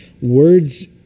words